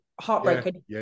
heartbroken